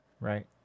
right